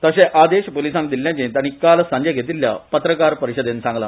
तशे आदेश पुलिसांक दिल्ल्याचे ताणी काल सांजे घेतिल्ल्या पत्रकार परिळदेन सांगला